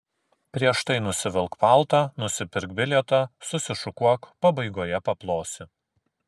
prieš tai nusivilk paltą nusipirk bilietą susišukuok pabaigoje paplosi